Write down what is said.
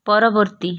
ପରବର୍ତ୍ତୀ